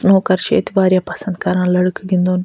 snooker چھِ ییٚتہِ واریاہ پَسنٛد کران لَڑکہٕ گِنٛدُن